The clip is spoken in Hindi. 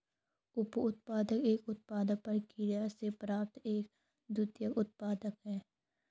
उपोत्पाद एक उत्पादन प्रक्रिया से प्राप्त एक द्वितीयक उत्पाद है